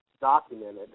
documented